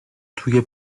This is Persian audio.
توی